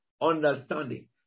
understanding